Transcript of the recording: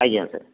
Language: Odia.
ଆଜ୍ଞା ସାର୍